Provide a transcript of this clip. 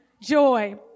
joy